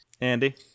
Andy